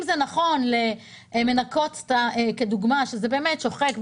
אם זה נכון למנקות שזה באמת שוחק,